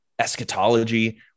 eschatology